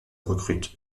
recrute